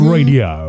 Radio